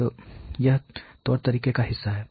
तो यह तौर तरीकों का हिस्सा है